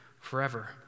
forever